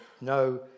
no